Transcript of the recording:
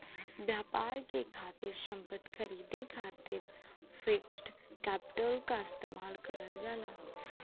व्यापार के खातिर संपत्ति खरीदे खातिर फिक्स्ड कैपिटल क इस्तेमाल करल जाला